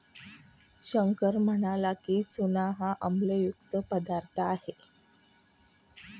शंकर म्हणाला की, चूना हा आम्लयुक्त पदार्थ आहे